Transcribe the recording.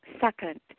Second